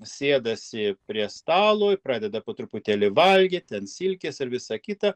sėdasi prie stalo pradeda po truputėlį valgyt ten silkės ir visa kita